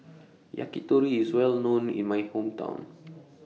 Yakitori IS Well known in My Hometown